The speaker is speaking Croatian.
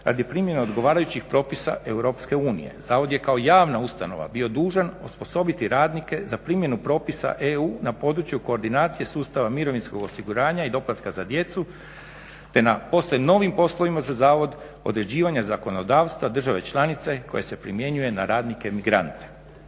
radi primjena odgovarajućih propisa EU. Zavod je kao javna ustanova bio dužan osposobiti radnike za primjenu propisa EU na području koordinacije sustava mirovinskog osiguranja i doplatka za djecu te na posve novim poslovima za zavod, određivanja zakonodavstva države članice koji se primjenjuje na radnike emigrante.